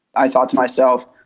i thought to myself,